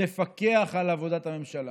לפקח על עבודת הממשלה.